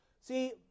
See